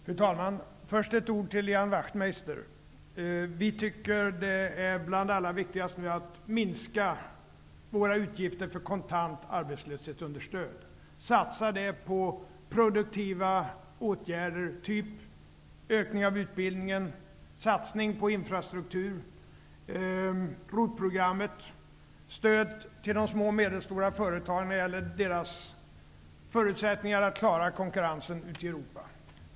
Fru talman! Först ett ord till Ian Wachtmeister. Vi tycker att bland det allra viktigaste just nu är att minska våra utgifter för kontant arbetslöshetsunderstöd. I stället anser vi att det skall satsas på produktiva åtgärder, t.ex. ökning av utbildningen, satsning på infrastrukturen, ROT programmet och stöd till de små och medelstora företagen när det gäller deras förutsättningar att klara konkurrensen ute i Europa.